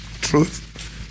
truth